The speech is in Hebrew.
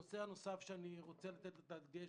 הנושא הנוסף שאני רוצה להדגיש,